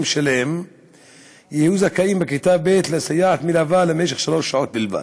שלם יהיו זכאים בכיתה ב' לסייעת מלווה למשך שלוש שעות בלבד.